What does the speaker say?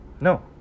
No